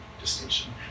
distinction